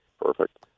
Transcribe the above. Perfect